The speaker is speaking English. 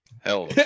Hell